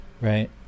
right